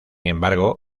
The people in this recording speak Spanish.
embargo